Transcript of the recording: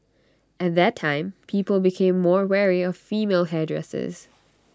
at that time people became more wary of female hairdressers